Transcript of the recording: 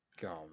God